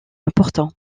important